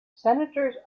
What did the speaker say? senators